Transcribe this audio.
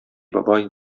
бабай